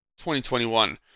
2021